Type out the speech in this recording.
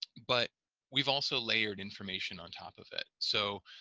but we've also layered information on top of it so